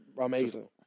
Amazing